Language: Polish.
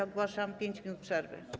Ogłaszam 5 minut przerwy.